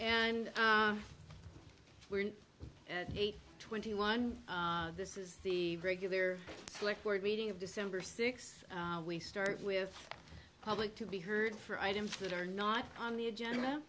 and we're at eight twenty one this is the regular slick board meeting of december sixth we start with the public to be heard for items that are not on the agenda